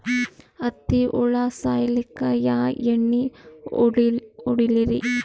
ಹತ್ತಿ ಹುಳ ಸಾಯ್ಸಲ್ಲಿಕ್ಕಿ ಯಾ ಎಣ್ಣಿ ಹೊಡಿಲಿರಿ?